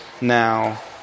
now